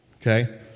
Okay